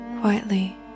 quietly